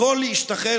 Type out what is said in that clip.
יכול להשתחרר.